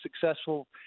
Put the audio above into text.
successful